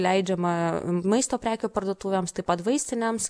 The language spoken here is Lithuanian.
leidžiama maisto prekių parduotuvėms taip pat vaistinėms